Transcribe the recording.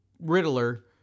Riddler